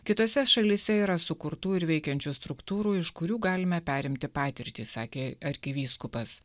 kitose šalyse yra sukurtų ir veikiančių struktūrų iš kurių galime perimti patirtį sakė arkivyskupas